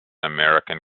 american